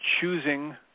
choosing